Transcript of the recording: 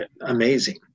amazing